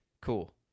cool